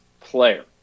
player